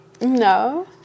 No